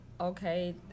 okay